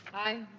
aye.